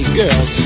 girls